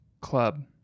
Club